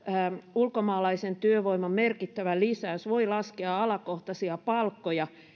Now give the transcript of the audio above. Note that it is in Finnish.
ulkomaalaisen työvoiman merkittävä lisäys voi laskea alakohtaisia palkkoja